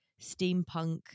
steampunk